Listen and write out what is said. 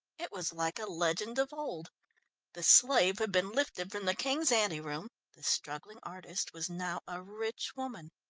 it was like a legend of old the slave had been lifted from the king's anteroom the struggling artist was now a rich woman.